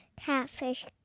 Catfish